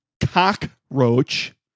cockroach